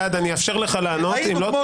גלעד, אני אאפשר לך לענות, אם לא --- ראינו, כמו